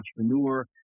entrepreneur